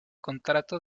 contrato